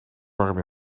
warm